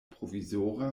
provizora